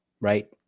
right